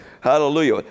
Hallelujah